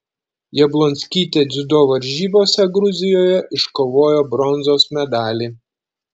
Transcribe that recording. jablonskytė dziudo varžybose gruzijoje iškovojo bronzos medalį